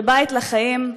בבית לחיים,